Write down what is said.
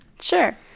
Sure